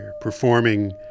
performing